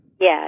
Yes